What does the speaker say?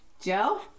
Joe